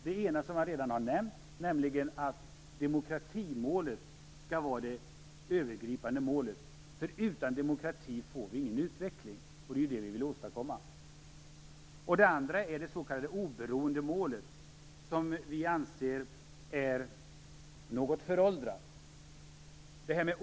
Den ena har jag redan nämnt, nämligen att demokratimålet skall vara det övergripande målet. Utan demokrati får vi ingen utveckling, och det är det vi vill åstadkomma. Det andra är det s.k. oberoendemålet, som vi anser är något föråldrat.